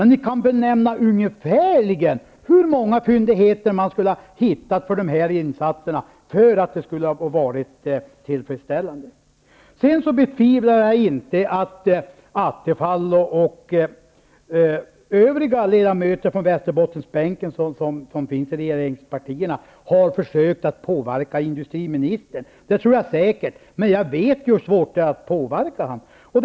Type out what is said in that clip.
Ni kan väl nämna ungefär hur många fyndigheter man skulle ha hittat med de här insatsrna för att det skulle vara tillfredsställande. Jag betvivlar inte att Attefall och de övriga ledamöterna på Västerbottensbänken från regeringspartierna har försökt att påverka industriministern. Det tror jag säkert, men jag vet hur svårt det är att påverka honom.